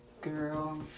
Girl